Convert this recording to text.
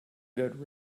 good